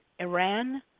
Iran